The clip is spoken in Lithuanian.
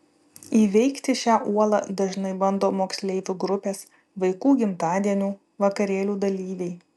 įveikti šią uolą dažnai bando moksleivių grupės vaikų gimtadienių vakarėlių dalyviai